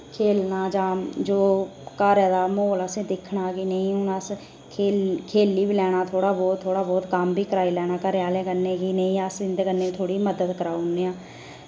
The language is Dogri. खेलना जां जो घरै दा म्होल असें दिक्खना के नेईं हुन अस खेल खेली बी लैना थोह्ड़ा बहुत थोह्ड़ा बहुै कम्म बि कराई लैना घरे आह्लें कन्नै कि नेईं अस इंदे कन्नै थोह्ड़ी मदद करउने आं